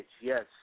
yes